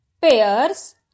pairs